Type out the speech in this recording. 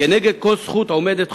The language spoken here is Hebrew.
כנגד כל זכות עומדת חובה.